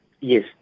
Yes